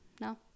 No